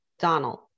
donald